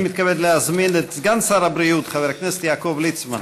אני מתכבד להזמין את סגן שר הבריאות חבר הכנסת יעקב ליצמן